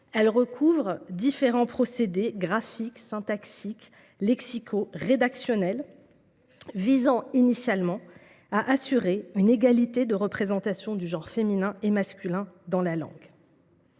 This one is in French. elle recouvre différents procédés graphiques, syntaxiques, lexicaux et rédactionnels, visant initialement à assurer une égalité de représentation du genre féminin et masculin dans la langue.